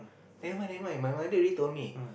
never mind never mind my mother already told me